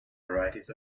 varieties